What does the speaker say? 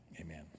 Amen